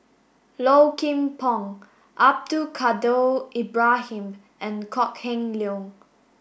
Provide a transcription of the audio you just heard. Low Kim Pong Abdul Kadir Ibrahim and Kok Heng Leun